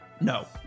No